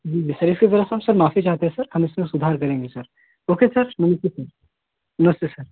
जी जी सर इसके तरफ से हम सर माफ़ी चाहते हैं सर हम इस पर सुधार करेंगे सर ओके सर नमस्ते सर नमस्ते सर